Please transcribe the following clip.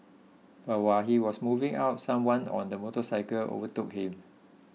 but while he was moving out someone on a motorcycle overtook him